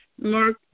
Mark